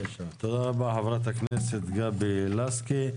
תודה רבה, חברת הכנסת גבי לסקי.